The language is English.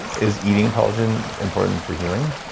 is eating collagen important for healing?